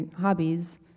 hobbies